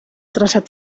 traçat